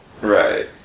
Right